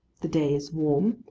the day is warm,